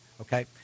Okay